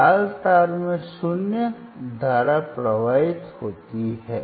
लाल तार में शून्य धारा प्रवाहित होती है